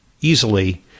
easily